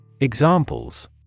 Examples